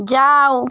যাও